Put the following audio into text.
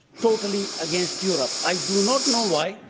totally against europe. i do not know why,